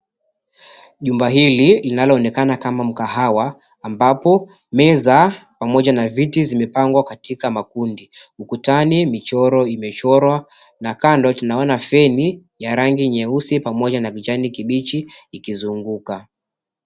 Jumba hili linaloonekana kama mkahawa ambapo meza pamoja na viti zimepangwa katika makundi. Ukutani michoro imechorwa na kando tunaona feni ya rangi nyeusi pamoja na kijani kibichi ikizunguka.